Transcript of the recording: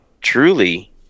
truly